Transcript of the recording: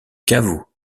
caveau